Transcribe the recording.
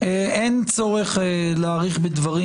אין צורך להאריך בדברים,